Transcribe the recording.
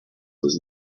was